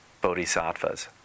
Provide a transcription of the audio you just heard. bodhisattvas